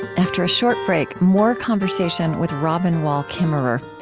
after a short break, more conversation with robin wall kimmerer.